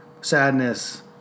sadness